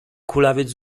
kulawiec